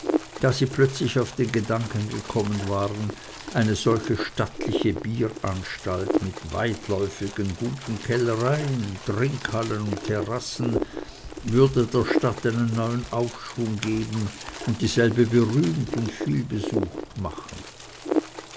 da sie plötzlich auf den gedanken gekommen waren eine solche stattliche bieranstalt mit weitläufigen guten kellereien trinkhallen und terrassen würde der stadt einen neuen aufschwung geben und dieselbe berühmt und vielbesucht machen